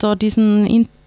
diesen